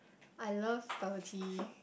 I love bubble tea